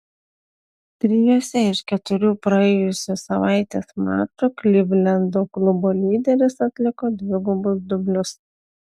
trijuose iš keturių praėjusios savaitės mačų klivlendo klubo lyderis atliko dvigubus dublius